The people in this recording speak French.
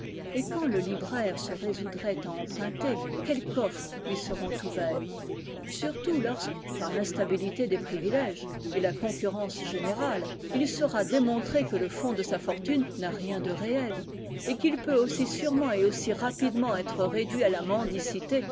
et quand le libraire se résoudrait à emprunter quels coffres lui seront ouverts surtout lorsque par l'instabilité des privilèges et la concurrence générale il sera démontré que le fonds de sa fortune n'a rien de réel et qu'il peut aussi sûrement et aussi rapidement être réduit à la mendicité